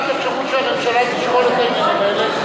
לקראת אפשרות שהממשלה תשקול את העניינים האלה.